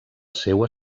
seua